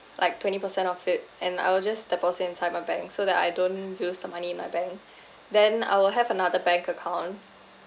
like twenty percent of it and I will just deposit inside my bank so that I don't use the money in my bank then I will have another bank account